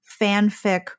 fanfic